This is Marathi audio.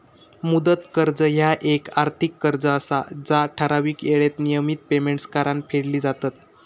मुदत कर्ज ह्या येक आर्थिक कर्ज असा जा ठराविक येळेत नियमित पेमेंट्स करान फेडली जातत